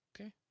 Okay